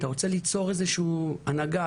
אתה רוצה ליצור איזושהי הנהגה,